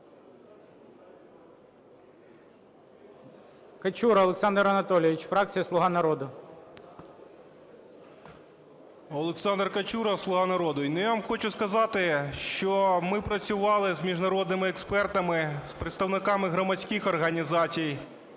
Качура Олександр Анатолійович, фракція "Слуга народу". 17:15:28 КАЧУРА О.А. Олександр Качура, "Слуга народу". Я вам хочу сказати, що ми працювали з міжнародними експертами, з представниками громадських організацій,